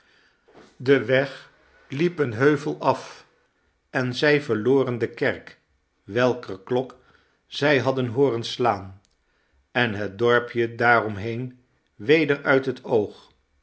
de weg liep een heuvel af en zij verloren de kerk welker klok zij hadden hooren slaan en het dorpje daar omheen weder uit het oog